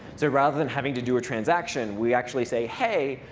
so rather than having to do a transaction, we actually say, hey,